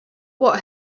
what